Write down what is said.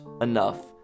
enough